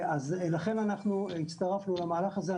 לכן הצטרפנו למהלך הזה.